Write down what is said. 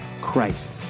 Christ